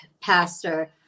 pastor